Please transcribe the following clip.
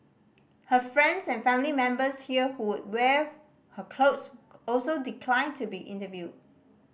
her friends and family members here who wear her clothes also declined to be interviewed